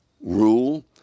rule